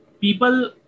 people